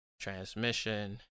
transmission